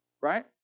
right